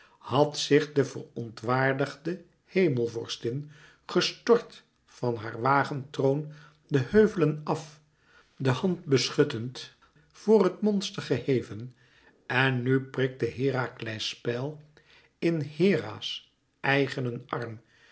had zich de verontwaardigde hemelvorstin gestort van haar wagentroon de heuvelen af de hand beschuttend voor het monster geheven en nu prikte herakles pijl in hera's eigenen